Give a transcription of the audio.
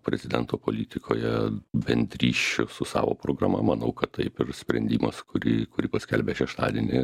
prezidento politikoje bendrysčių su savo programa manau kad taip ir sprendimas kurį kurį paskelbė šeštadienį